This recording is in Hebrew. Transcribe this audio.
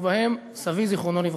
ובהם סבי, זיכרונו לברכה.